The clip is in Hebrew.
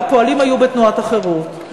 והפועלים היו בתנועת החרות.